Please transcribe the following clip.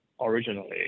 originally